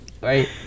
right